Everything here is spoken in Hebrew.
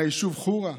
מהיישוב חורה.